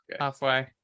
halfway